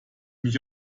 mich